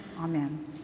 Amen